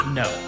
no